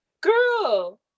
girl